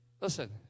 Listen